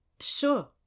Sure